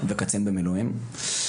וקצין במילואים.